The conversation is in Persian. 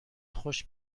خوش